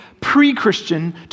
pre-Christian